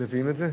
מביאים את זה?